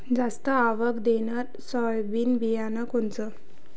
जास्त आवक देणनरं सोयाबीन बियानं कोनचं?